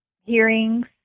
hearings